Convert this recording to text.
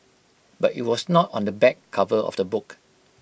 but IT was not on the back cover of the book